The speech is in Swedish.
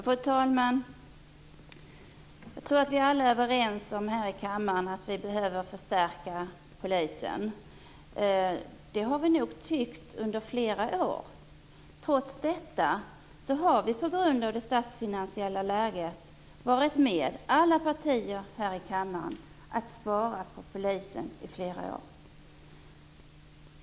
Fru talman! Jag tror att vi alla är överens om att vi behöver förstärka polisen. Det har vi nog tyckt under flera år. Trots detta har vi på grund av de statsfinansiella läget varit med, alla partier här i kammaren, om att spara på polisen i flera år.